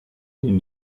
den